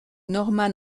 norman